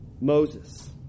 Moses